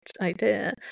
idea